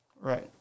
Right